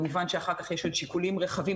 כמובן שאחר כך יש עוד שיקולים רחבים